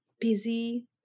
busy